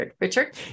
Richard